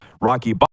Rocky